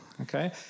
Okay